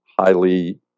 highly